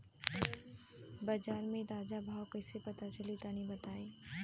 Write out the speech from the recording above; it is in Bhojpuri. बाजार के ताजा भाव कैसे पता चली तनी बताई?